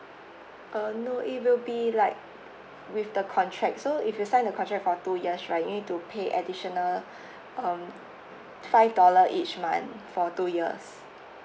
uh no it will be like with the contract so if you sign a contract for two years right you need to pay additional um five dollar each month for two years